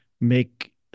make